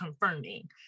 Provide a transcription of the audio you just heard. confirming